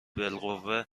بالقوه